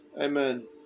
Amen